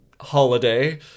Holiday